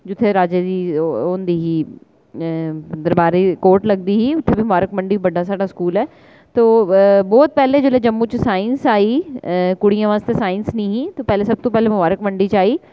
जित्थै राजे दी ओह् होंदी ही दरबारी कोट लगदी ही मुबारख मंड़ी बड्डा साढ़ा स्कूल ऐ तो बहुत पैह्लें जेल्लै जम्मू च साइंस आई गेआ कुड़ियां आस्तै साइंस नेईं ही एह् सबतूं पैह्ले मुबारख मंडी च आई